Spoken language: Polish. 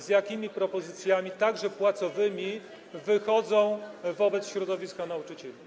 z jakimi propozycjami, także płacowymi, wychodzą do środowiska nauczycieli.